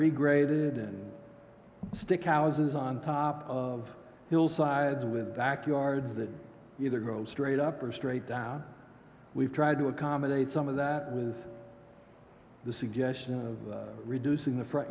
regraded and stick aus on top of hillsides with backyards that either grow straight up or straight down we've tried to accommodate some of that was the suggestion of reducing the front